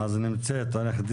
עו"ד